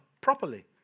properly